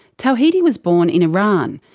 tawhidi was born in iran,